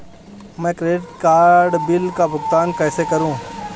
मैं credit card bill का भुगतान कैसे करूं?